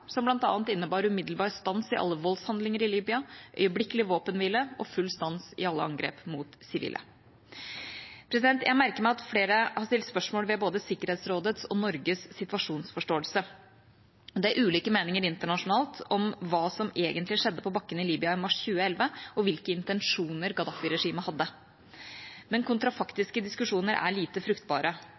som bl.a. innebar umiddelbar stans i alle voldshandlinger i Libya, øyeblikkelig våpenhvile og full stans i alle angrep mot sivile. Jeg merker meg at flere har stilt spørsmål ved både Sikkerhetsrådets og Norges situasjonsforståelse. Det er ulike meninger internasjonalt om hva som egentlig skjedde på bakken i Libya i mars 2011, og hvilke intensjoner Gaddafi-regimet hadde. Men kontrafaktiske diskusjoner er lite fruktbare,